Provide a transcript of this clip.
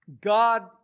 God